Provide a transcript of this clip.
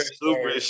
super